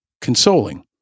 consoling